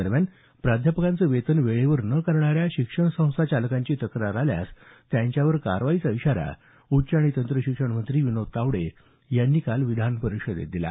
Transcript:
दरम्यान प्राध्यापकांचं वेतन वेळेवर न करणाऱ्या शिक्षणसंस्था चालकांची तक्रार आल्यास त्यांच्यावर कारवाई केली जाईल असा इशारा उच्च आणि तंत्र शिक्षण मंत्री विनोद तावडे यांनी काल विधानपरिषदेत दिला